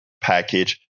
package